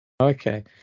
Okay